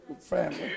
family